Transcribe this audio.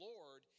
Lord